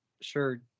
sure